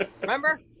Remember